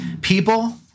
People